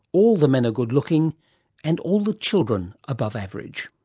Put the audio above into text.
all the men are good looking and all the children above average.